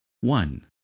One